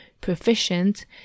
proficient